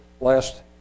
last